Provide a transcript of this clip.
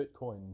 Bitcoin